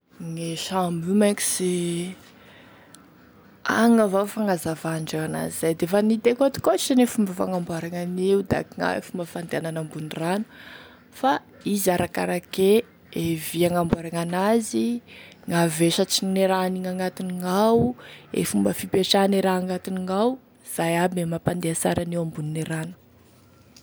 Gne sambo io mein koa sy, agny avao fagnazavandreo an'azy zay da efa niteko atokoatry gne fomba fagnamboaragny an'io da akognaia e fomba fandehanany ambony rano, fa izy arakarake e vy hagnamboaragny an'azy gn'avesatrine raha haniny agnatignao, e fomba fipetrahane raha agnatignao, zay aby e mampandeha sara an'io ambonine rano.